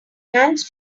hands